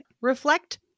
reflect